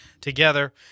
together